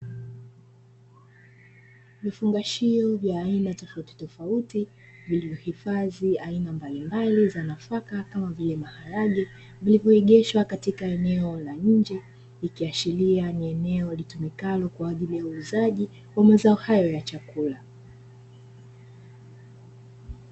Vifungashio vya aina tafutitofauti, viliyohifadhi aina mbalimbali za nafaka, kama vile maharage, vilivyoegeshwa katika eneo la nje, ikiashiria ni eneo litumikalo kwa ajili ya uuzaji wa mazao hayo ya chakula.